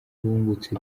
bungutse